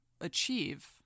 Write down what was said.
achieve